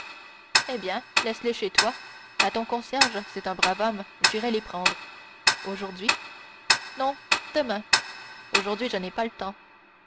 eh bien laisse-les chez toi à ton concierge c'est un brave homme j'irai les prendre aujourd'hui non demain aujourd'hui je n'ai pas le temps